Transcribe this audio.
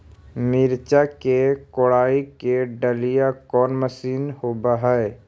मिरचा के कोड़ई के डालीय कोन मशीन होबहय?